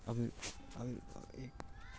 मैं बेरोजगार हूँ क्या मुझे ऋण मिल सकता है?